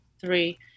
three